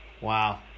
Wow